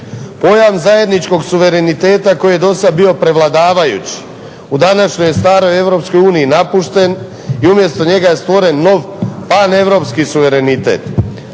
Pojam zajedničkog suvereniteta koji je dosad bio prevladavajući u današnjoj staroj EU napušten i umjesto njega je stvoren nov paneuropski suverenitet.